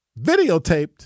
videotaped